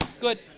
Good